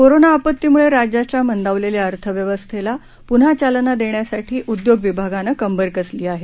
corona आपत्तीमुळे राज्याच्या मंदावलेल्या अर्थव्यवस्थेला पुन्हा चालना देण्यासाठी उद्योग विभागानं कंबर कसली आहे